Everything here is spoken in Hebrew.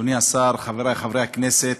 אדוני השר, חברי חברי הכנסת,